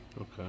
okay